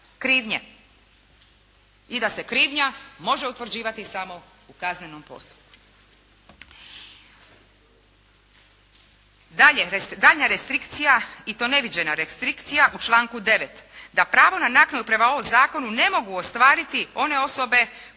i da se krivnja može utvrđivati samo u kaznenom postupku. Daljnja restrikcija i to neviđena restrikcija u članku 9., da pravo na naknadu prema ovom zakonu ne mogu ostvariti one osobe,